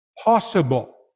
Possible